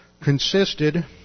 consisted